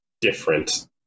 different